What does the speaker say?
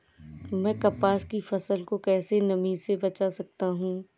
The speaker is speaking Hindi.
मैं कपास की फसल को कैसे नमी से बचा सकता हूँ?